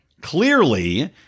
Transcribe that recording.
clearly